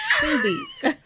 boobies